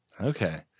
Okay